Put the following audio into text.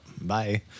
bye